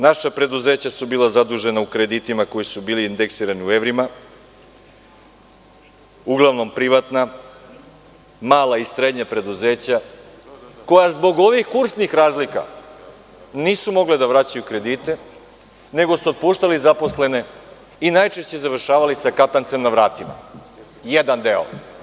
Naša preduzeća su bila zadužena u kreditima koji su bili indeksirani u evrima, uglavnom privatna, mala i srednja preduzeća koja zbog ovih kursnih razlika nisu mogla da vraćaju kredite, nego su otpuštali zaposlene i najčešće završavali sa katancem na vratima, jedan deo.